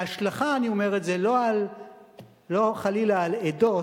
בהשלכה אני אומר את זה, לא חלילה על עדות